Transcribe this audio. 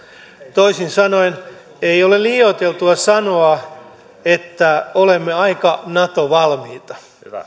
toisin sanoen ei ole liioiteltua sanoa että olemme aika nato valmiita